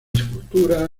escultura